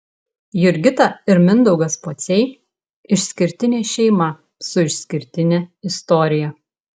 jurgita ir mindaugas pociai išskirtinė šeima su išskirtine istorija